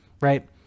right